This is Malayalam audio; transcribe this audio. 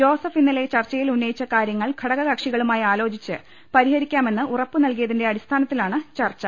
ജോസഫ് ഇന്നലെ ചർച്ചയിൽ ഉന്നയിച്ചകാര്യങ്ങൾ ഘടകക്ഷികളുമായി ആലോചിച്ച് പരിഹരി ക്കാമെന്ന് ഉറപ്പുനൽകിയതിന്റെ അടിസ്ഥാനത്തിലാണ് ചർച്ചു